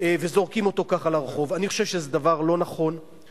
ואני רוצה להגיד לכם משהו,